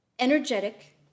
energetic